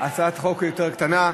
הצעת החוק יותר קטנה.